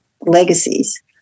legacies